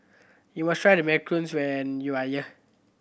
you must try the macarons when you are here